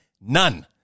None